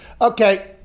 okay